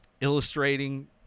illustrating